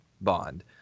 bond